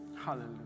Hallelujah